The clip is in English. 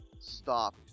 stop